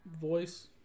Voice